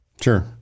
Sure